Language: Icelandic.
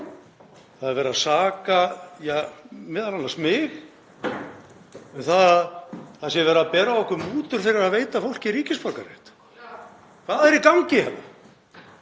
Það er verið að saka ja, m.a. mig um að það sé verið að bera á okkur mútur fyrir að veita fólki ríkisborgararétt. Hvað er í gangi hérna?